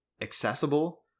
accessible